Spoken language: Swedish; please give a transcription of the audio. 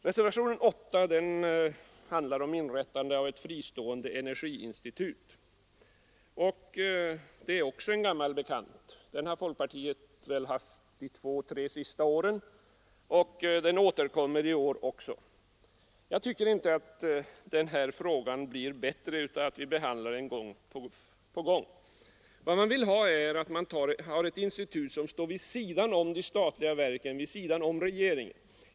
Reservationen 8 handlar om inrättande av ett fristående energiinstitut. Den frågan är också en gammal bekant — den har folkpartiet tagit upp de två tre senaste åren. Jag tycker inte att den här frågan blir bättre av att vi behandlar den gång på gång. Vad man vill ha är ett institut som står vid sidan om de statliga verken, vid sidan om regeringen.